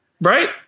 Right